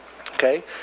Okay